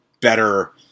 better